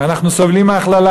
אנחנו סובלים מהכללה,